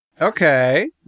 Okay